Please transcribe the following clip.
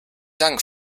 dank